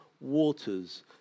waters